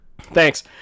Thanks